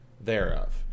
thereof